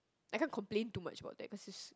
I can't complain too much about that because is